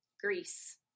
Greece